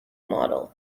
model